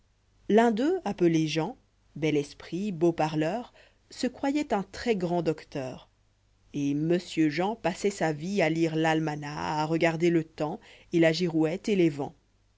l'un d'eux appelé jean bel esprit beau parleur se croyoit un très grand docteur et monsieur jean passoit sa vie a lire l'almanach à regarder le temps et la girouette